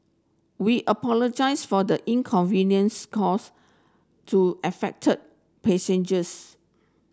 we apologise for the inconvenience caused to affected passengers